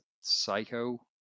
psycho